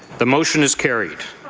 the motion is carried.